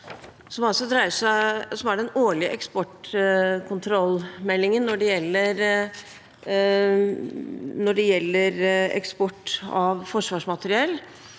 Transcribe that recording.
den årlige eksportkontrollmeldingen for eksport av forsvarsmateriell.